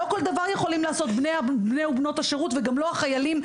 לא כל דבר יכולים לעשות בני ובנות השרות וגם לא החיילים,